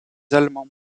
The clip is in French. allemands